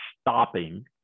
stopping